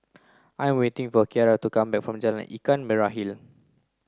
I waiting for Ciara to come back from Jalan Ikan Merah Hill